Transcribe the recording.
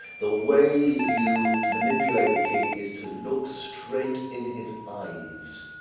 the way you manipulate the king is to look straight in his eyes.